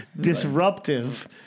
disruptive